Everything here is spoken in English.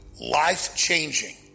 life-changing